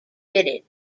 fitted